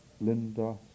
Linda